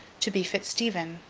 to be fitz-stephen.